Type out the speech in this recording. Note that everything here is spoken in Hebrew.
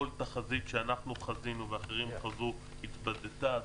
כל תחזית שאנחנו חזינו ואחרים חזו התבדתה.